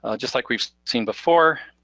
ah just like we've seen before.